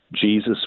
Jesus